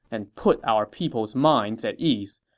and put our people's minds at ease.